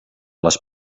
les